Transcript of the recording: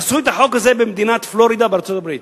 עשו את החוק הזה במדינת פלורידה בארצות-הברית.